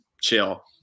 chill